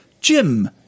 Jim